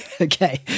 Okay